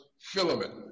filament